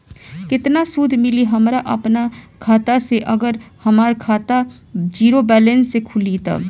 केतना सूद मिली हमरा अपना खाता से अगर हमार खाता ज़ीरो बैलेंस से खुली तब?